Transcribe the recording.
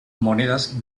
monedas